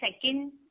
second